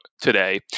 today